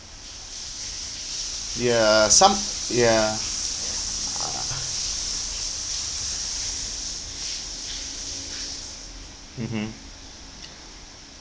ya some ya uh mmhmm